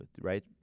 right